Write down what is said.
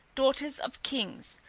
daughters of kings.